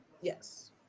Yes